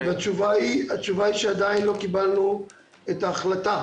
והתשובה היא שעדיין לא קיבלנו את ההחלטה